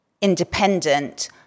independent